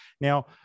Now